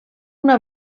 una